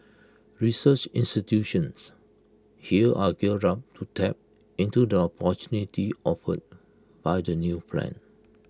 research institutions here are geared up to tap into the opportunities offered by the new plan